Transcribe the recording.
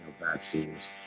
vaccines